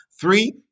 Three